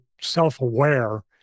self-aware